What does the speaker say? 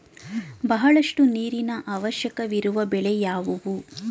ಬಹಳಷ್ಟು ನೀರಿನ ಅವಶ್ಯಕವಿರುವ ಬೆಳೆ ಯಾವುವು?